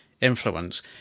influence